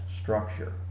structure